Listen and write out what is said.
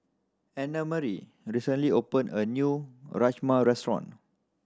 Annamarie recently opened a new Rajma Restaurant